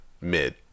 mid